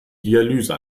dialyse